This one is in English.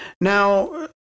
Now